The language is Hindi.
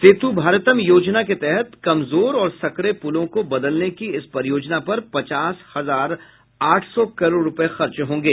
सेतु भारतम योजना के तहत कमजोर और संकरे पुलों को बदलने की इस परियोजना पर पचास हजार आठ सौ करोड़ रूपये खर्च होंगे